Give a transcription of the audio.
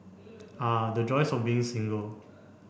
ah the joys of being single